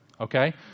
okay